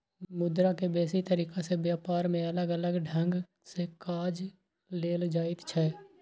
मुद्रा के बेसी तरीका से ब्यापार में अलग अलग ढंग से काज लेल जाइत छै